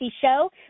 show